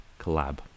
collab